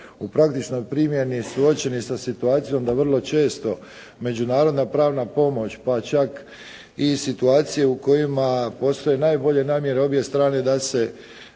u praktičnoj primjeni suočeni sa situacijom da vrlo često međunarodna pravna pomoć koja čak i situacije u kojima postoje najbolje namjere obje strane da se